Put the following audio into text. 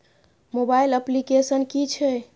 Mobile application कि छै?